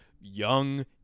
young